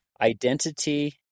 identity